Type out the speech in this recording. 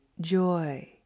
joy